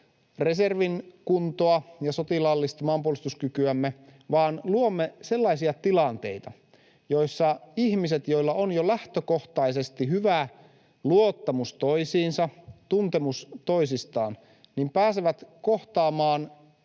reservin kuntoa ja sotilaallista maanpuolustuskykyämme vaan luomme sellaisia tilanteita, joissa ihmiset, joilla on jo lähtökohtaisesti hyvä luottamus toisiinsa, tuntemus toisistaan, pääsevät kohtaamaan